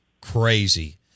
crazy